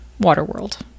waterworld